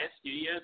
Studios